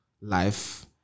life